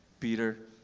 peter,